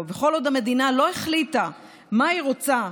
וכל עוד המדינה לא החליטה מה היא רוצה,